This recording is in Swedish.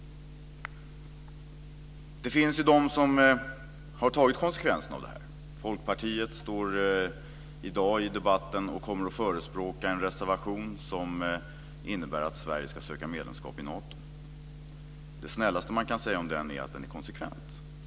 Det finns de som har tagit konsekvenserna av detta. Folkpartiet kommer i debatten i dag att förespråka en reservation som innebär att Sverige ska söka medlemskap i Nato. Det snällaste man kan säga om den är att den är konsekvent.